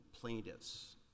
plaintiffs